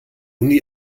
uni